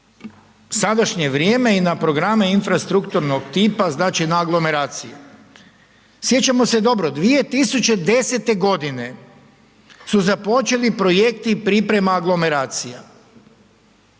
sadašnje vrijeme i na programe infrastrukturnog tipa znači na aglomeracije. Sjećamo se dobro 2010. godine su započeli projekti priprema aglomeracija,